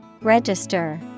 register